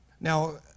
Now